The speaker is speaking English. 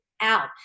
out